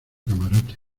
camarote